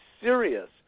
serious